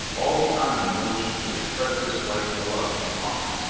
all the army knows you for the treacherous light o'love you are.